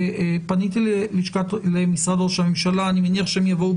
פניתי למשרד ראש הממשלה ואני מניח שהם יבואו